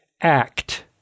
act